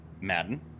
Madden